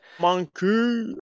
Monkey